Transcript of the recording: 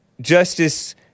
Justice